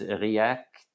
react